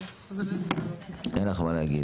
כן, אבל אין לי מה להוסיף.